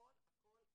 הכל הכל,